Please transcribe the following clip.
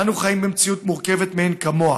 אנו חיים במציאות מורכבת מאין כמוה.